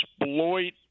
exploit